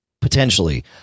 potentially